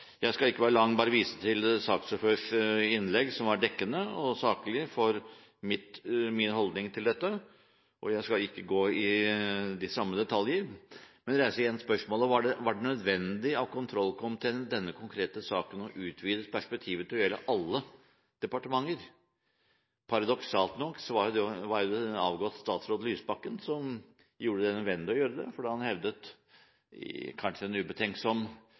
innlegg, som var saklig og dekkende for min holdning til dette. Jeg skal ikke gå i de samme detaljer, men igjen reise spørsmålet: Var det i denne konkrete saken nødvendig for kontroll- og konstitusjonskomiteen å utvide perspektivet til å gjelde alle departementer? Paradoksalt nok var det jo den avgåtte statsråd Lysbakken som gjorde det nødvendig å gjøre det, da han i kanskje en ubetenksom